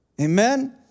Amen